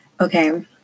Okay